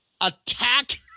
Attack